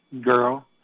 girl